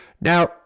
Now